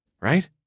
right